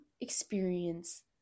experience